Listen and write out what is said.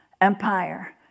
empire